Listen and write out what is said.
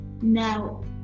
Now